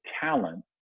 talent